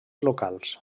locals